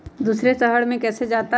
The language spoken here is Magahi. दूसरे शहर मे कैसे जाता?